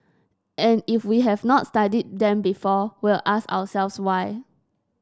and if we have not studied them before we'll ask ourselves why